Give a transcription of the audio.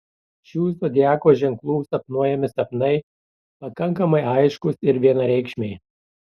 šių zodiako ženklų sapnuojami sapnai pakankamai aiškūs ir vienareikšmiai